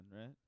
right